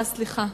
אה, סליחה.